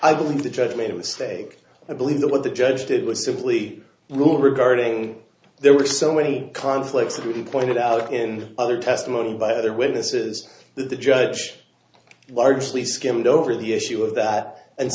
i believe the judge made a mistake i believe that what the judge did was simply rule regarding there were so many conflicts that really pointed out in other testimony by other witnesses that the judge largely skimmed over the issue of that and